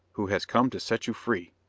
who has come to set you free.